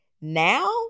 now